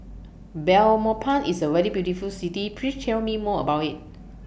Belmopan IS A very beautiful City Please Tell Me More about IT